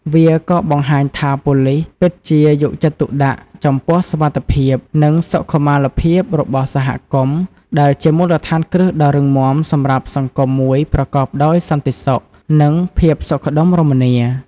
វាក៏ បង្ហាញថាប៉ូលីសពិតជាយកចិត្តទុកដាក់ចំពោះសុវត្ថិភាព និងសុខុមាលភាពរបស់សហគមន៍ ដែលជាមូលដ្ឋានគ្រឹះដ៏រឹងមាំសម្រាប់សង្គមមួយប្រកបដោយសន្តិសុខ និងភាពសុខដុមរមនា។